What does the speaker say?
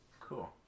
Cool